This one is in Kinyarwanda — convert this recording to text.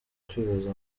kwibaza